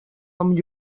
amb